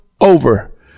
over